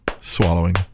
swallowing